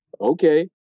Okay